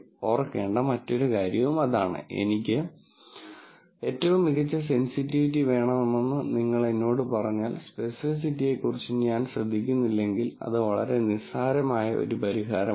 ഓർക്കേണ്ട മറ്റൊരു കാര്യം എനിക്ക് ഏറ്റവും മികച്ച സെൻസിറ്റിവിറ്റി വേണമെന്ന് നിങ്ങൾ എന്നോട് പറഞ്ഞാൽ സ്പെസിഫിസിറ്റിയെക്കുറിച്ച് ഞാൻ ശ്രദ്ധിക്കുന്നില്ലെങ്കിൽ അത് വളരെ നിസ്സാരമായ ഒരു പരിഹാരമാണ്